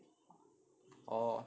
orh